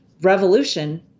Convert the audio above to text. revolution